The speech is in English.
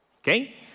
Okay